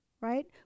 Right